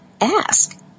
ask